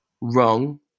wrong